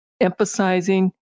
emphasizing